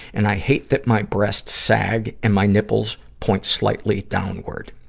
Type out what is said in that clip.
and i hate that my breasts sag and my nipples point slightly downward.